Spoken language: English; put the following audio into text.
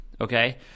okay